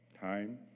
time